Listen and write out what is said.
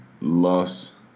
loss